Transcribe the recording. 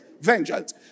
vengeance